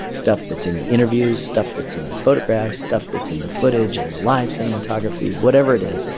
stuff that's in the interviews, stuff that's in the photographs, stuff that's in the footage and the live cinematography, whatever it is.